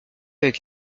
avec